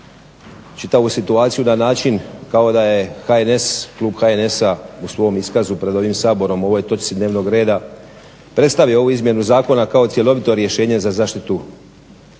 čitavu situaciju na način kao da je Klub HNS-a u svom iskazu pred ovim Saborom o ovoj točci dnevnog reda predstavio ovu izmjenu zakona kao cjelovito rješenje za zaštitu